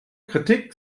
kritik